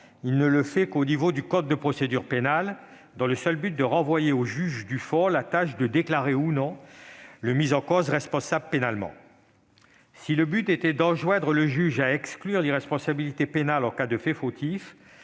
mais seulement au niveau du code de procédure pénale, dans le seul but de renvoyer au juge du fond la tâche de déclarer, ou non, le mis en cause responsable pénalement. Si le but était d'enjoindre le juge à exclure l'irresponsabilité pénale en cas de fait fautif,